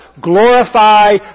Glorify